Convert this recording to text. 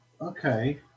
Okay